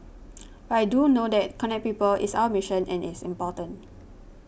but I do know that connect people is our mission and it's important